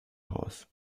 raus